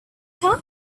time